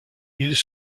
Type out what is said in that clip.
ils